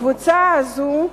קבוצה זו,